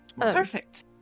Perfect